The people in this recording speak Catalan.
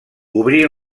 obrí